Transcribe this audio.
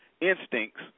instincts